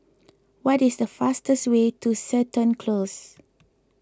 what is the fastest way to Seton Close